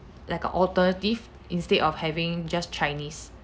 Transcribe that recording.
like a alternative instead of having just chinese